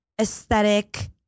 aesthetic